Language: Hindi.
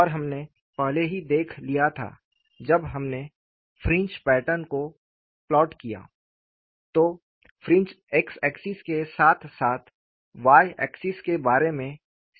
और हमने पहले ही देख लिया था जब हमने फ्रिंज पैटर्न को प्लॉट किया तो फ्रिंज x एक्सिस के साथ साथ y एक्सिस के बारे में सीमेट्रिकल थीं